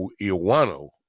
Iwano